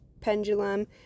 pendulum